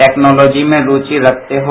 technology में रूचि रखते हो